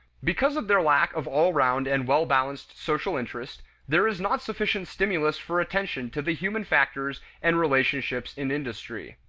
because of their lack of all-round and well-balanced social interest, there is not sufficient stimulus for attention to the human factors and relationships in industry.